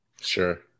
Sure